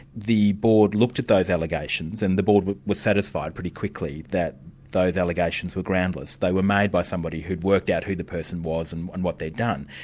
the board looked at those allegations and the board was satisfied pretty quickly that those allegations were groundless. they were made by somebody who'd worked out who the person was and and what they'd done.